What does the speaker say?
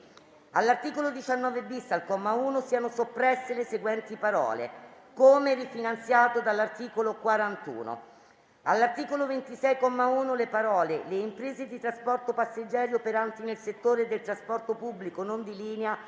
all'articolo 19-*bis*, al comma 1, siano soppresse le seguenti parole: ", come rifinanziato dall'articolo 41"; - all'articolo 26, comma 1, le parole: "le imprese di trasporto passeggeri operanti nel settore del trasporto pubblico non di linea",